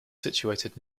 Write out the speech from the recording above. situated